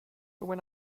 when